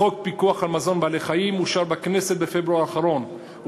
חוק הפיקוח על מזון בעלי-חיים אושר בכנסת בפברואר האחרון,